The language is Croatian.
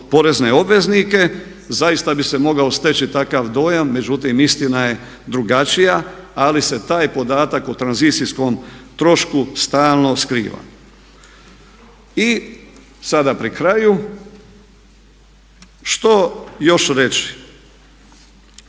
zaista bi se mogao steći takav dojam, međutim istina je drugačija ali se taj podatak o tranzicijskom trošku stalno skriva. I sada pri kraju što još reći?